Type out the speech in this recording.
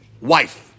wife